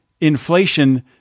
inflation